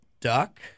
Duck